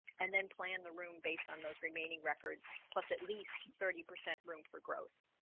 and then plan the room based on those remaining records plus at least thirty percent room for growth